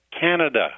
Canada